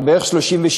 זה בערך 36,000,